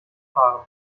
fahren